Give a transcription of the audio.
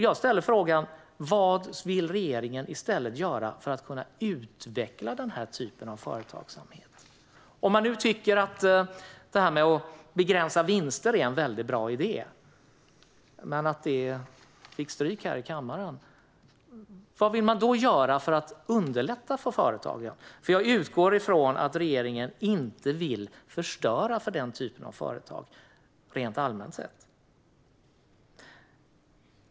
Jag ställer frågan: Vad vill regeringen i stället göra för att utveckla den här typen av företagsamhet? Om man nu tycker att detta med att begränsa vinster är en väldigt bra idé - men förslaget fick stryk här i kammaren - vad vill man då göra för att underlätta för företagen? Jag utgår ifrån att regeringen inte vill förstöra för den typen av företag.